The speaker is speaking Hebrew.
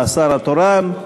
זה השר התורן.